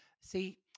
See